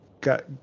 got